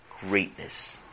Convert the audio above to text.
greatness